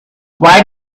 why